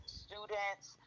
students